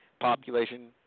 population